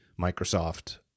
Microsoft